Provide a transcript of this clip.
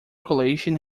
collation